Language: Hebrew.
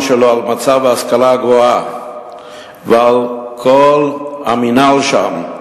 שלו על מצב ההשכלה הגבוהה ועל כל המינהל שם.